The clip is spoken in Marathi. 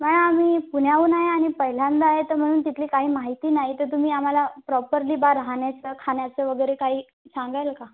मॅ आम्ही पुण्याहून आहे आणि पहिल्यांदा आहे तर म्हणून तिथली काही माहिती नाही तर तुम्ही आम्हाला प्रॉपरली बुवा राहण्याचं खाण्याचं वगैरे काही सांगाल का